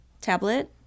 tablet